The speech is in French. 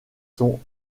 sont